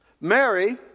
Mary